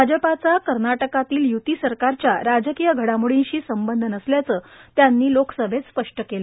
भाजपाचा कर्नाटकातील युती सरकारच्या राजकीय षडामोडीशी संबंध नसल्याचं त्यांनी लोकसभेत स्प ट केलं